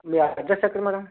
మీ address ఎక్కడ madam